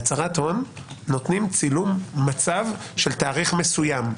בהצהרת הון נותנים צילום מצב של תאריך מסוים.